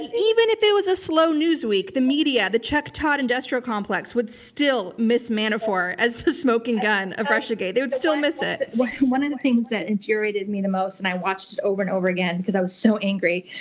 even if it was a slow news week, the media, the chuck todd industrial complex, would still miss manafort as the smoking gun of russiagate. they would still miss it. one of the things that infuriated me the most, and i would watch it over and over again, because i was so angry,